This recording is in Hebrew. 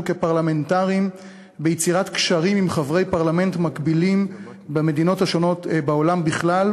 כפרלמנטרים ביצירת קשרים עם חברי פרלמנט מקבילים במדינות השונות בעולם בכלל,